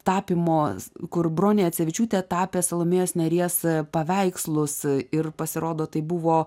tapymos kur bronė jacevičiūte tapė salomėjos nėries paveikslus ir pasirodo tai buvo